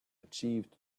achieved